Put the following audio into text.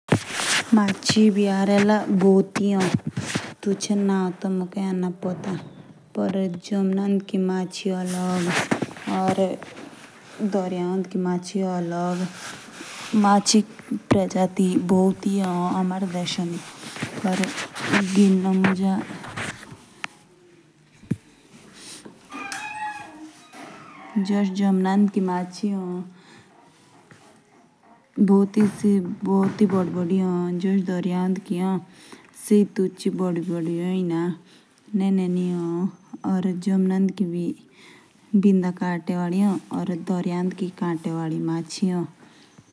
मची बी या र्र भूति ए। मची बी भूति प्रकार की ए। जशी हमारे एतु जमना की ए। दारो की बी ए। इची तो मुजे एना पता।